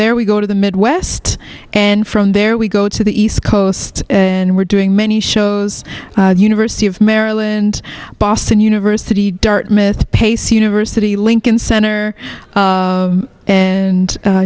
there we go to the midwest and from there we go to the east coast and we're doing many shows the university of maryland boston university dartmouth pace university lincoln center and